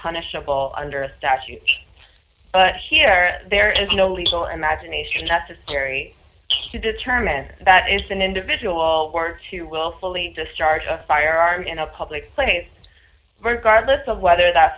punishable under a statute but here there is no legal imagination necessary to determine that it's an individual or to willfully discharge a firearm in a public place burghardt list of whether that